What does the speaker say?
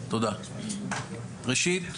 ראשית,